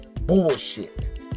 bullshit